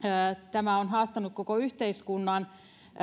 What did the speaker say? tämä on haastanut koko yhteiskunnan